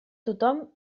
tothom